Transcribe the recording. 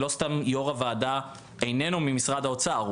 לא סתם יו"ר הוועדה איננו ממשרד האוצר,